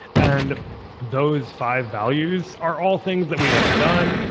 and those five values are all things that we had done.